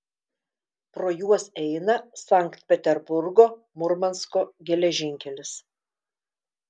pro juos eina sankt peterburgo murmansko geležinkelis